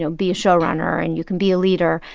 so be a showrunner, and you can be a leader,